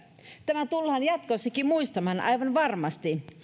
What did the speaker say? tämä tullaan jatkossakin muistamaan aivan varmasti